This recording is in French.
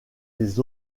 des